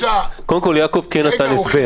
קודם כל, יעקב כן נתן הסבר.